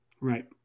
Right